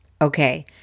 Okay